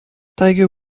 tiger